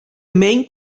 main